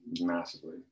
massively